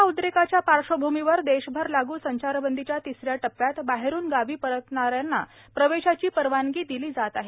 corona उद्रेकाच्या पार्श्वभूमीवर देशभर लागू संचारबंदीच्या तिसऱ्या टप्प्यात बाहेरून गावी परतणाऱ्यांना प्रवेशाची परवानगी दिली जात आहे